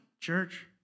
church